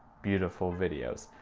beautiful videos,